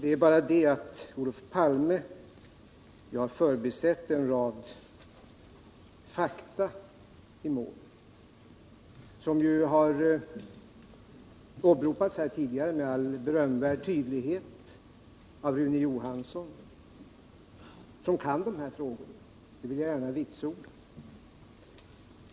Det är bara det att Olof Palme har förbisett en rad fakta i målet, som har åberopats här tidigare med berömvärd tydlighet av Rune Johansson i Ljungby, som kan de här frågorna — det vill jag gärna vitsorda.